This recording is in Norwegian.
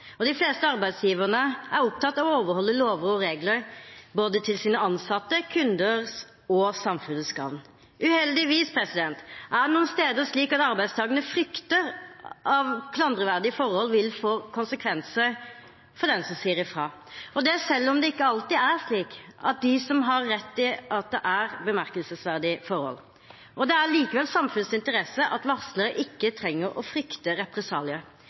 De fleste arbeidsgiverne er opptatt av å overholde lover og regler, for både sine ansattes, sine kunders og samfunnets gavn. Uheldigvis frykter arbeidstakerne noen steder at klanderverdige forhold vil få konsekvenser for den som sier ifra, selv om det ikke alltid er slik at de har rett i at det er bemerkelsesverdige forhold. Det er likevel i samfunnets interesse at varslere ikke trenger å frykte